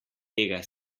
tega